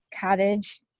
cottage